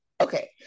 okay